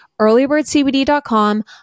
earlybirdcbd.com